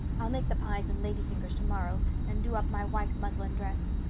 i'll make the pies and lady fingers tomorrow and do up my white muslin dress.